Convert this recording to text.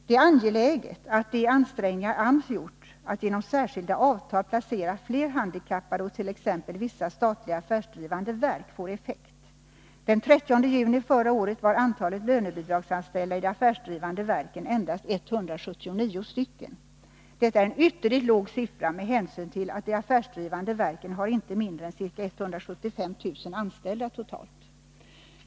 Det är angeläget att de ansträngningar AMS gjort att genom särskilda avtal placera fler handikappade hos t.ex. vissa statliga affärsdrivande verk får effekt. Den 30 juni förra året var antalet lönebidragsanställda i de affärsdrivande verken endast 179. Detta är en ytterligt låg siffra med hänsyn tillatt de affärsdrivande verken totalt har inte mindre än ca 175 000 anställda.